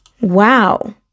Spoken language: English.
Wow